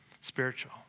spiritual